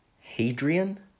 hadrian